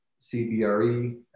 CBRE